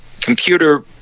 computer